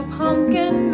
pumpkin